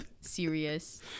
serious